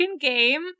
game